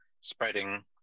spreading